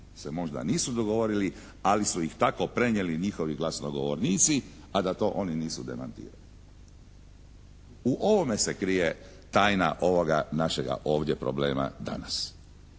se možda nisu dogovorili ali su ih tako prenijeli njihovi glasnogovornici, a da to oni nisu demantirali. U ovome se krije tajna ovoga našega ovdje problema danas.